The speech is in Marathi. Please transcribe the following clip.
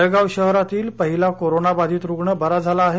जळगाव शहरातील पहिला कोरोना बाधित रुग्ण बरा झाला आहे